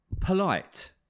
polite